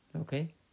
Okay